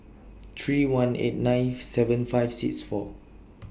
three one eight ninth seven five six four